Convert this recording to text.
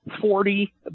forty